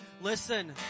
Listen